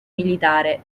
militare